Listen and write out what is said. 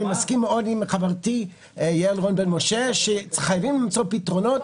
אני מסכים מאוד עם חברתי יעל רון בן משה שחייבים למצוא פתרונות.